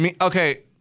Okay